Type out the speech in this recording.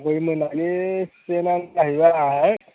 गय मोननायनि सिजोनानो जाहैबाय